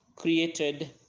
created